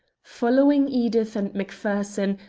following edith and macpherson,